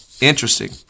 Interesting